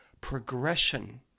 progression